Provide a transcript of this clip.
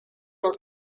dans